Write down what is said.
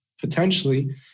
potentially